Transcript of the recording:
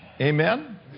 Amen